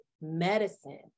medicine